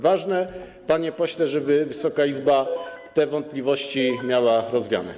Ważne, panie pośle, żeby Wysoka Izba te wątpliwości miała rozwiane.